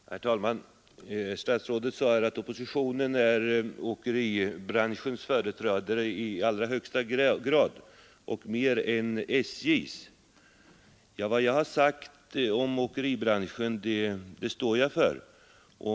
Herr talman! Statsrådet sade att oppositionen ä företrädare mer än SJ:s. Vad jag sagt om åkeribranschen står jag för.